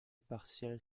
partielle